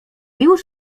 już